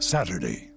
Saturday